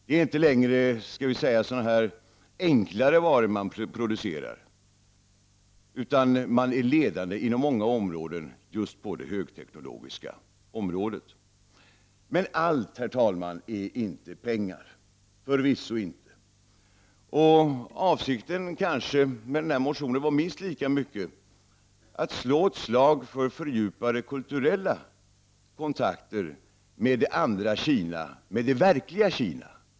Det är inte längre några enklare varor man producerar, utan man är ledande på många fält inom det högteknologiska området. Men allt, herr talman, är förvisso inte pengar. Avsikten med motionen var minst lika mycket att slå ett slag för fördjupade kulturella kontakter med det andra Kina, med det verkliga Kina.